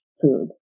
food